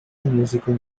musical